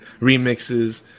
remixes